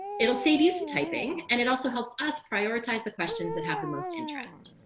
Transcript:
it'll save you some typing. and it also helps us prioritize the questions that have the most interest.